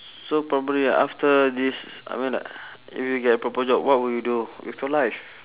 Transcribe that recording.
so probably after this I mean like if you get a proper job what will you do with your life